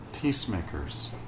peacemakers